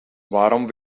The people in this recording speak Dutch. waarom